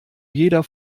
jeder